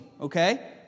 okay